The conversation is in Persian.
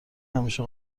همیشه